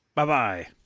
Bye-bye